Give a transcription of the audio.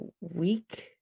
week